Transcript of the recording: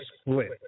split